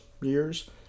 years